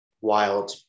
wild